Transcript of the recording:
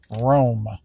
Rome